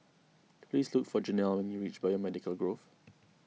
please look for Janel when you reach Biomedical Grove